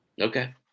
Okay